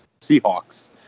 Seahawks